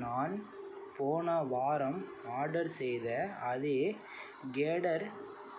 நான் போன வாரம் ஆர்டர் செய்த அதே கேடர்